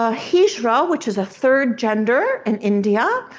a hijra which is a third gender in india,